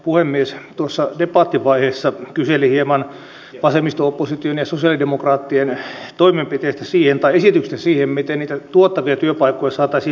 meidän on kyettävä tekemään kaikkemme että työllisyyskehitystä saataisiin ennusteita nopeammin positiiviseen suuntaan minä ainakin lupaan sen tehdä kaikkeni